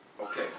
Okay